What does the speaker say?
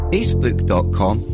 Facebook.com